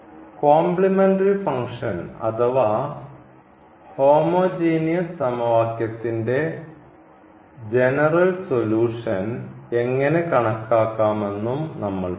complementary function അഥവാ homogeneous സമവാക്യത്തിന്റെ general solution എങ്ങനെ കണക്കാക്കാമെന്നും നമ്മൾ പഠിച്ചു